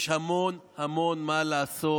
יש המון המון מה לעשות.